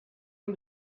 این